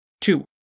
Two